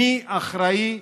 מי אחראי לבריאות,